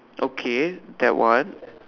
okay that one